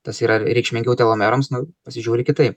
tas yra reikšmingiau telomerams nu pasižiūri kitaip